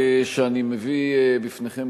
לא, משום שב-1992 נבחרת לכנסת.